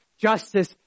justice